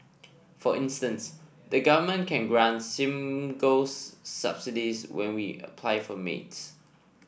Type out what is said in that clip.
for instance the government can grant singles subsidies when we apply for maids